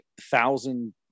thousand